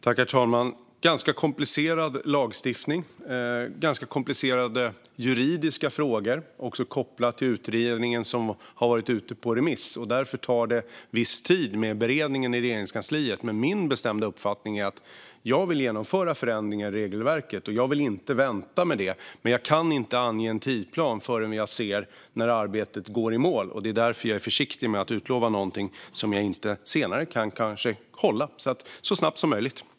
Herr talman! Det är ganska komplicerad lagstiftning och ganska komplicerade juridiska frågor kopplade till utredningen som har varit ute på remiss. Därför tar det viss tid med beredningen i Regeringskansliet. Min bestämda uppfattning är att jag vill genomföra förändringar i regelverket, och jag vill inte vänta med det. Men jag kan inte ange en tidsplan förrän jag ser när arbetet går i mål, och därför är jag försiktig med att utlova någonting som jag senare kanske inte kan hålla. Så snabbt som möjligt, är svaret.